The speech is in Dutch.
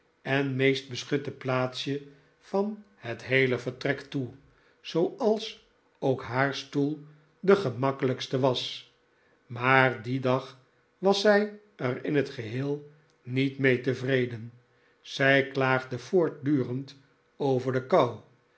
en meest beschutte plaatsje van het heele vertrek toe zooals ook haar stoel de gemakkelijkste was maar dien dag was zij er in het geheel niet mee tevreden zij klaagde voortdurend over de kou